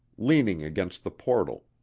leaning against the portal,